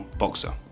boxer